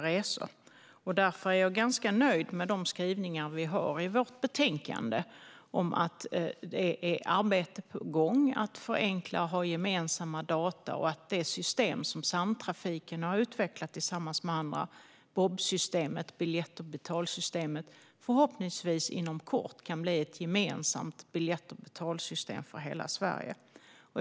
Jag är därför ganska nöjd med de skrivningar som vi har i betänkandet om att arbete är på gång för att förenkla och ha gemensamma data och att det biljett och betalsystem - BOB-systemet - som Samtrafiken tillsammans med andra har utvecklat förhoppningsvis inom kort kan bli ett gemensamt biljett och betalsystem för hela Sverige.